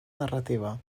narrativa